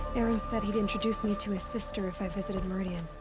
erend said he'd introduce me to his sister if i visited meridian.